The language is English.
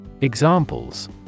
Examples